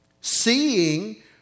seeing